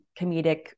comedic